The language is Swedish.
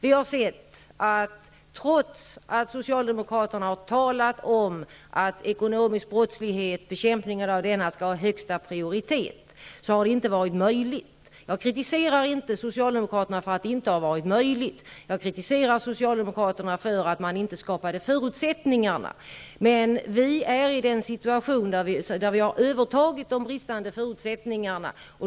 Vi har sett att trots att Socialdemokraterna har talat om att bekämpningen av den ekonomiska brottsligheten skall ha högsta prioritet har det inte varit möjligt. Jag kritiserar inte Socialdemokraterna för att det inte har varit möjligt. Men jag kritiserar Socialdemokraterna för att de inte skapade förutsättningarna. Vi befinner oss nu i en situation där vi har övertagit de bristande förutsättningarna.